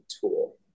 tool